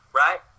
right